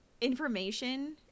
information